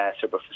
super